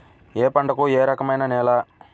ఏ పంటకు ఏ రకమైన నేల?